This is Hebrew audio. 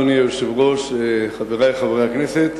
אדוני היושב-ראש, חברי חברי הכנסת,